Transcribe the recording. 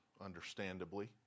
understandably